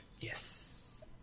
Yes